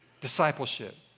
discipleship